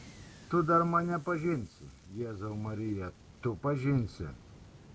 tu dar mane pažinsi jėzau marija tu pažinsi